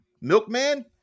Milkman